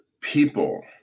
people